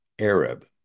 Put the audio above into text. Arab